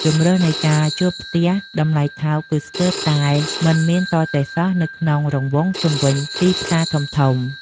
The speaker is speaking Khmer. ជម្រើសនៃការជួលផ្ទះតម្លៃថោកគឺស្ទើរតែមិនមានទាល់តែសោះនៅក្នុងរង្វង់ជុំវិញទីផ្សារធំៗ។